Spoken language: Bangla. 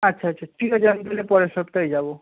আচ্ছা আচ্ছা ঠিক আছে আমি তাহলে পরের সপ্তাহে যাব